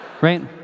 right